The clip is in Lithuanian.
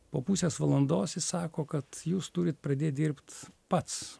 po pusės valandos jis sako kad jūs turit pradėt dirbt pats